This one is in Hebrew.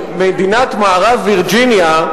מדינת מערב-וירג'יניה,